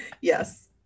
Yes